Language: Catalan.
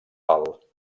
alt